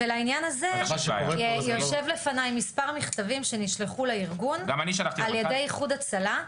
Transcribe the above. ולעניין הזה יושב לפני מספר מכתבים שנשלחו לארגון על ידי איחוד הצלה,